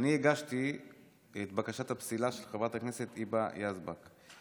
אני הגשתי את בקשת הפסילה של חברת הכנסת היבא יזבק,